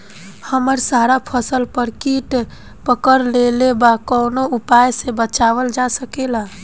हमर सारा फसल पर कीट पकड़ लेले बा कवनो उपाय से बचावल जा सकेला?